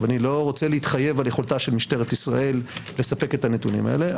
אני לא רוצה להתחייב על יכולתה של משטרת ישראל לספק את הנתונים האלה.